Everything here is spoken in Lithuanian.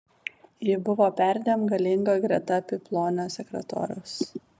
ji buvo perdėm galinga greta apyplonio sekretoriaus